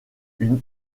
une